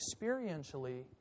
experientially